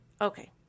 Okay